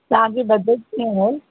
तव्हां जी बजट कीअं आहे